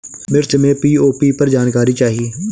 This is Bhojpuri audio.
मिर्च मे पी.ओ.पी पर जानकारी चाही?